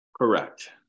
Correct